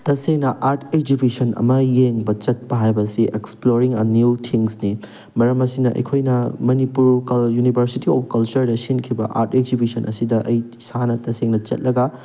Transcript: ꯇꯁꯦꯡꯅ art exhibition ꯑꯃ ꯌꯦꯡꯕ ꯆꯠꯄ ꯍꯥꯏꯕꯁꯤ ꯑꯦꯛꯁꯄ꯭ꯂꯣꯔꯤꯡ ꯑ ꯅ꯭ꯌꯨ ꯊꯤꯡꯁꯅꯤ ꯃꯔꯝ ꯑꯁꯤꯅ ꯑꯩꯈꯣꯏꯅ ꯃꯅꯤꯄꯨꯔ ꯌꯨꯅꯤꯚꯔꯁꯤꯇꯤ ꯑꯣꯐ ꯀꯜꯆꯔꯗ ꯁꯤꯟꯈꯤꯕ ꯑꯥꯔꯠ ꯑꯦꯛꯖꯤꯕꯤꯁꯟ ꯑꯁꯤꯗ ꯑꯩ ꯏꯁꯥꯅ ꯇꯁꯦꯡꯅ ꯆꯠꯂꯒ